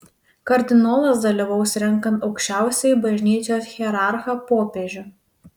kardinolas dalyvaus renkant aukščiausiąjį bažnyčios hierarchą popiežių